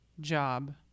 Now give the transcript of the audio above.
job